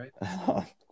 right